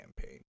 campaign